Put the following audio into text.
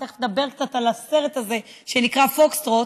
ותכף נדבר קצת על הסרט הזה שנקרא פוקסטרוט,